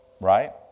right